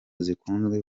zikunzwe